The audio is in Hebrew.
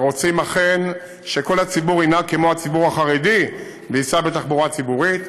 ורוצים אכן שכל הציבור ינהג כמו הציבור החרדי וייסע בתחבורה הציבורית.